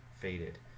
faded